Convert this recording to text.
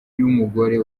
y’umugore